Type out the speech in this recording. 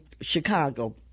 Chicago